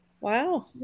Wow